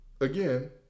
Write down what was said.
again